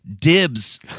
dibs